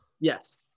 Yes